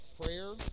prayer